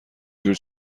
جور